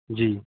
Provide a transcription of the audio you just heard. جی